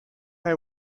are